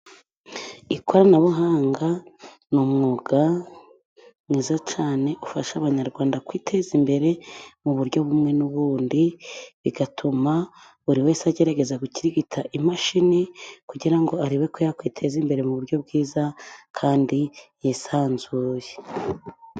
Ikoranabuhanga ni umwuga mwiza cyane. Ufasha Abanyarwanda kwiteza imbere mu buryo bumwe n'ubundi, bigatuma buri wese agerageza gukirigita imashini, kugira ngo arebe ko yakwiteza imbere mu buryo bwiza kandi yisanzuye.